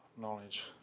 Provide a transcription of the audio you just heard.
knowledge